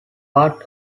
part